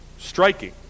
Striking